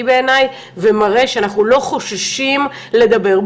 בעיניי ומראה שאנחנו לא חוששים לדבר.